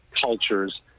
cultures